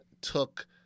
took